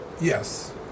Yes